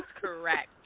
Correct